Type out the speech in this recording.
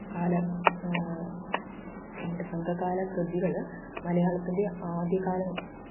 കാല നമ്മുടെ സംഘകാല കൃതികൾ മലയാളത്തിൻ്റെ ആദ്യകാലം